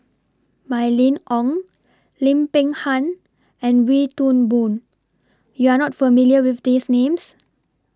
Mylene Ong Lim Peng Han and Wee Toon Boon YOU Are not familiar with These Names